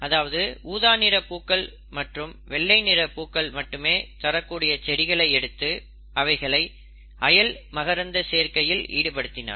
அதாவது ஊதா நிற பூக்கள் மற்றும் வெள்ளை நிறப் பூக்கள் மட்டுமே தரக்கூடிய செடிகளை எடுத்து அவைகளை அயல் மகரந்த சேர்க்கையில் ஈடுபடுத்தினார்